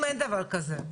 אין מטוס שמחכה על